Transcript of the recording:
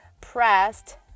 pressed